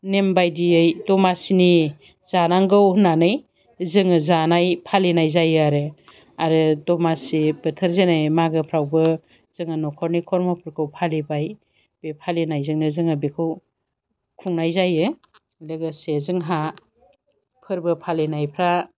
नेमबायदियै दमासिनि जानांगौ होन्नानै जोङो जानाय फालिनाय जायो आरो आरो दमासि बोथोर जेने मागोफ्रावबो जोङो नखरनि खर्मफोरखौ फालिबाय बे फालिनायजों जोङो बेखौ खुंनाय जायो लोगोसे जोंहा फोरबो फालिनायफ्रा